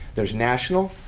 there's national,